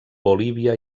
bolívia